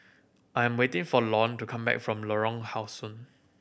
I'm waiting for Lorne to come back from Lorong How Sun